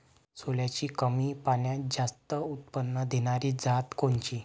सोल्याची कमी पान्यात जास्त उत्पन्न देनारी जात कोनची?